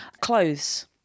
Clothes